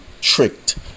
tricked